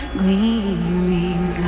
gleaming